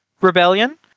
rebellion